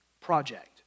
project